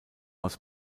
aus